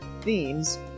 themes